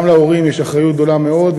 גם להורים יש אחריות גדולה מאוד,